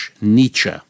Nietzsche